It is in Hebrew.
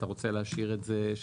אתה רוצה להשאיר את זה?